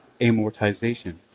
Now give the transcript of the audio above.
amortization